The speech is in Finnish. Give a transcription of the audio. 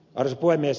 arvoisa puhemies